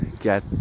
get